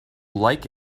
like